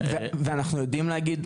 ואנחנו יודעים להגיד,